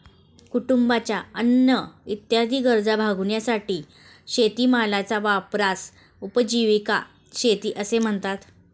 कुटुंबाच्या अन्न इत्यादी गरजा भागविण्यासाठी शेतीमालाच्या वापरास उपजीविका शेती असे म्हणतात